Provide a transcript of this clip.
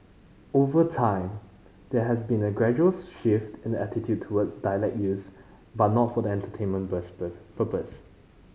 over time there has been a gradual shift in attitude towards dialect use but not for the entertainment purposes